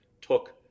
took